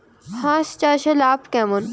হাঁস চাষে লাভ কেমন?